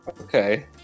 Okay